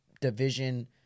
division